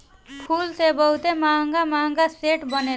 फूल से बहुते महंग महंग सेंट बनेला